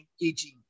engaging